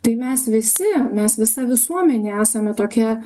tai mes visi mes visa visuomenė esame tokia